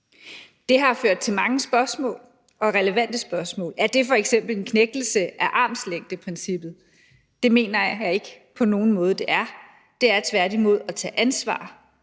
Det har ført til mange spørgsmål, og relevante spørgsmål. Er det f.eks. en knægtelse af armslængdeprincippet? Det mener jeg ikke på nogen måde det er. Det er tværtimod at tage ansvar